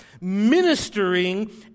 ministering